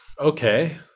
okay